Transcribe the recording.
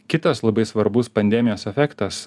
kitas labai svarbus pandemijos efektas